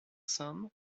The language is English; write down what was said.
son